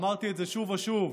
אמרתי את זה שוב ושוב